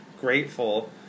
grateful